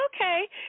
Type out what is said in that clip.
Okay